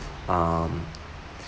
um